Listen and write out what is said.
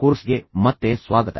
ಕೋರ್ಸ್ಗೆ ಮತ್ತೆ ಸ್ವಾಗತ